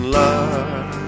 love